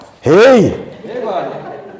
Hey